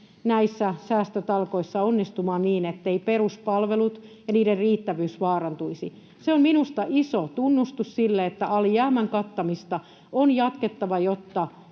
näissä säästötalkoissa onnistumaan, niin etteivät peruspalvelut ja niiden riittävyys vaarantuisi? Se on minusta iso tunnustus sille, että alijäämän kattamista on jatkettava, jotta